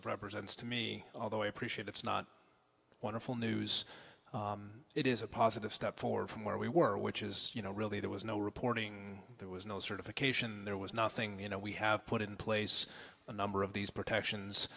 of represents to me although i appreciate it's not wonderful news it is a positive step forward from where we were which is you know really there was no reporting there was no certification there was nothing you know we have put in place a number of these protections